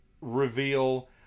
reveal